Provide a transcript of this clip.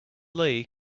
lee